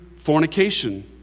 fornication